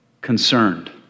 concerned